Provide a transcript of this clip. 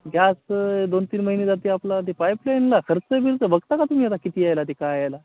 gas दोन तीन महिने जाते आपला ते पाईपलाईनला खर्च बिल तर बघता का तुम्ही आता किती यायला ते काय यायला